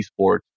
esports